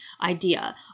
idea